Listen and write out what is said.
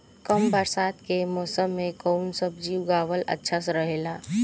कम बरसात के मौसम में कउन सब्जी उगावल अच्छा रहेला?